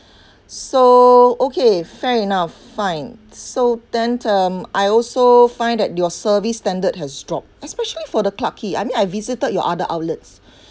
so okay fair enough fine so then um I also find that your service standard has dropped especially for the clarke quay I mean I visited your other outlets